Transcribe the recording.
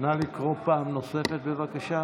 נא לקרוא פעם נוספת, בבקשה.